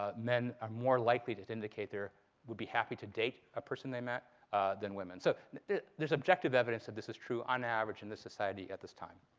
ah men are more likely to to indicate they would be happy to date a person they met than women. so there's objective evidence that this is true on average in this society at this time.